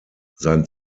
sein